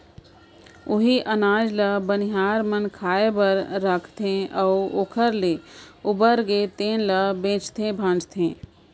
उहीं अनाज ल बनिहार मन खाए बर राखथे अउ ओखर ले उबरगे तेन ल बेचथे भांजथे